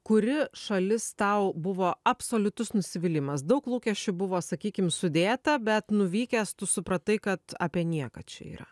kuri šalis tau buvo absoliutus nusivylimas daug lūkesčių buvo sakykim sudėta bet nuvykęs tu supratai kad apie nieką čia yra